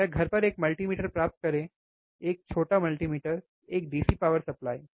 या घर पर मल्टीमीटर प्राप्त करें एक छोटी मल्टीमीटर एक DC पावर सप्लाई सही